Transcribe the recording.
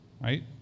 Right